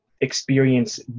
experience